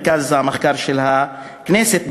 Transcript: מרכז המחקר של הכנסת,